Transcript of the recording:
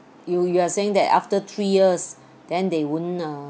you you are saying that after three years then they won't uh